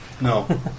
No